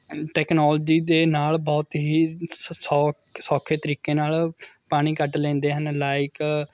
technology ਦੇ ਨਾਲ ਬਹੁਤ ਹੀ ਸ ਸੌ ਸੌਖੇ ਤਰੀਕੇ ਨਾਲ ਪਾਣੀ ਕੱਢ ਲੈਂਦੇ ਹਨ ਲਾਈਕ